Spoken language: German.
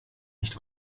nicht